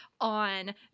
on